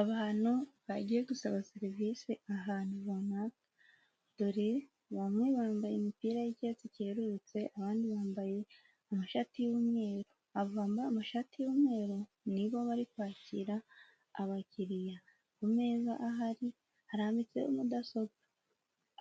Abantu bagiye gusaba serivisi ahantu runaka, dore bamwe bambaye imipira y'icyatsi cyerurutse abandi bambaye amashati y'umweru aba bambaye amashati y'umweru nibo bari kwakira abakiriya, ku meza ahari harambitseho mudasobwa,